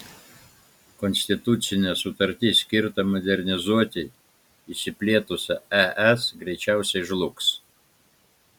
konstitucinė sutartis skirta modernizuoti išsiplėtusią es greičiausiai žlugs